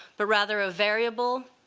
but rather a variable,